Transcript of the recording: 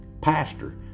pastor